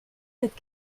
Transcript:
cette